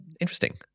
Interesting